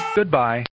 Goodbye